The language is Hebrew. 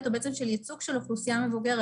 שהוא בעצם של ייצוג של אוכלוסייה מבוגרת.